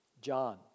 John